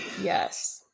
Yes